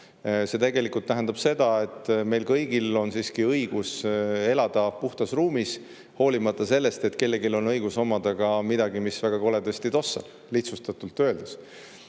See tegelikult tähendab seda, et meil kõigil on siiski õigus elada puhtas ruumis, hoolimata sellest, et kellelgi on õigus omada midagi, mis väga koledasti tossab, lihtsustatult öeldes.